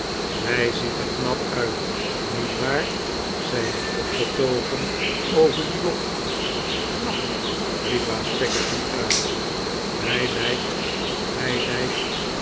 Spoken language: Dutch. hij ziet er knap uit niet waar zei ik opgetogen over dien lof knap riep baas peggotty uit hij lijkt hij lijkt